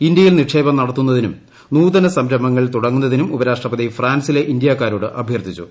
ഇന്ത്യയിൽ നിക്ഷേപം നടത്തുന്നതിനും നൂതന സംരംഭങ്ങൾ തുടങ്ങുന്നതിനും ഉപരാഷ്ട്രപതി ഫ്രാൻസിലെ ഇന്ത്യാക്കാരോട് അഭ്യർത്ഥിച്ചു